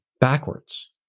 backwards